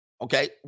Okay